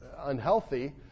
unhealthy